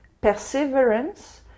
perseverance